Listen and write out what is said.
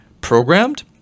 programmed